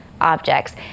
Objects